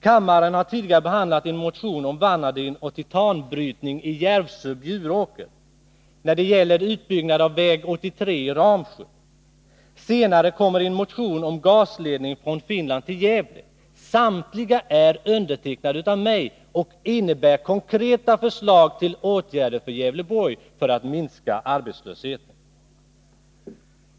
Kammaren har tidigare behandlat en motion om vanadinoch titanbrytning i Järvsö/ Bjuråker och en om utbyggnad av väg 83 i Ramsjö. Senare kommer en motion om gasledning från Finland till Gävle. Samtliga är undertecknade av mig och innebär konkreta förslag till åtgärder för att minska arbetslösheten i Gävleborgs län.